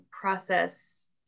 process